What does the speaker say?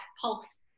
pulse